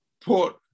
put